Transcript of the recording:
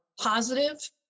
positive